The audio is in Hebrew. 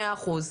מאה אחוז.